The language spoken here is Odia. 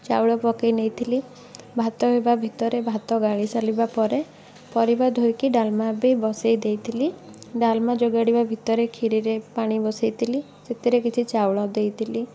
ଚାଉଳ ପକେଇ ନେଇଥିଲି ଭାତ ହେବା ଭିତରେ ଭାତ ଗାଳି ସାରିବା ପରେ ପରିବା ଧୋଇକି ଡ଼ାଲମା ବି ବସେଇ ଦେଇଥିଲି ଡ଼ାଲମା ଜୋଗାଡ଼ିବା ଭିତରେ କ୍ଷୀରିରେ ପାଣି ବସେଇଥିଲି ସେଥିରେ କିଛି ଚାଉଳ ଦେଇଥିଲି